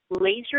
laser